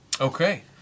Okay